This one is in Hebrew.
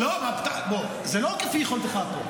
לא, זה לא כפי יכולתך פה.